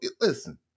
listen